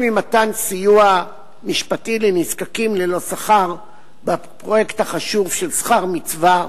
מתן סיוע משפטי לנזקקים ללא שכר בפרויקט החשוב "שכר מצווה",